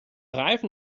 reifen